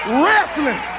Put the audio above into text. wrestling